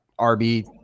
RB